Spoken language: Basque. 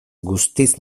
guztiz